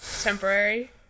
Temporary